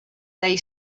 they